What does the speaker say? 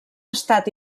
estat